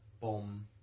bomb